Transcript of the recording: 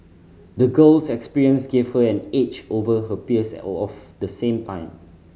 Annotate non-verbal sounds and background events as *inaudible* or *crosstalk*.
the girl's experience gave her an edge over her peers *unintelligible* of the same time